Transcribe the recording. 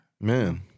Man